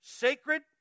Sacred